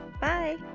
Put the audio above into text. Bye